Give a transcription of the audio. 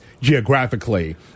geographically